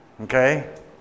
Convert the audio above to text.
Okay